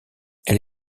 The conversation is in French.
elle